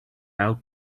out